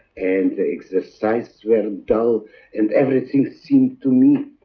and the exercises were dull and everything seemed to me